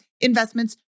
investments